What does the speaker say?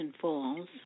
Falls